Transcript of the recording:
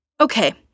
okay